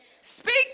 Speak